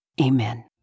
amen